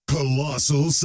Colossal